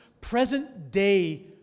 present-day